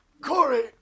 Corey